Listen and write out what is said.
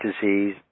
disease